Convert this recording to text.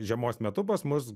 žiemos metu pas mus